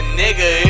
nigga